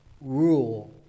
rule